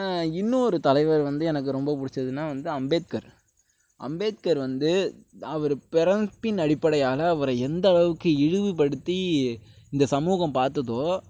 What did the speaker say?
இன்னொரு தலைவர் வந்து எனக்கு ரொம்ப பிடிச்சதுனா வந்து அம்பேத்கர் அம்பேத்கர் வந்து அவர் பிறப்பின் அடிப்படையால் அவரை எந்த அளவுக்கு இழிவு படுத்தி இந்த சமூகம் பார்த்ததோ